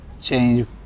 change